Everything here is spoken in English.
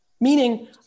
Meaning